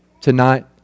tonight